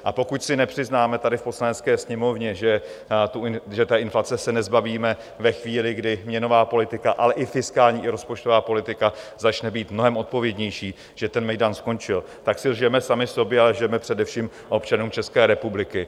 A pokud si nepřiznáme tady v Poslanecké sněmovně, že inflace se nezbavíme ve chvíli, kdy měnová politika, ale i fiskální i rozpočtová politika začne být mnohem odpovědnější, že ten mejdan skončil, tak si lžeme sami sobě, ale lžeme především občanům České republiky.